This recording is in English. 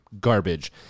garbage